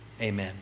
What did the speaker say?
Amen